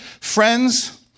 friends